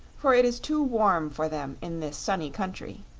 for it is too warm for them in this sunny country,